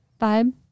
vibe